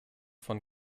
von